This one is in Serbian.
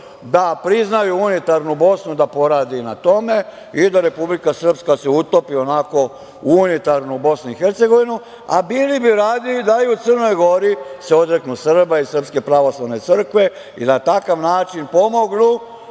da priznaju unitarnu Bosnu, da porade i na tome, i da se Republika Srpska utopi onako u unitarnu BiH. Dalje, bili bi radi da se i u Crnoj Gori odreknu Srba i Srpske pravoslavne crkve i na takav način pomognu